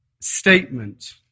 statement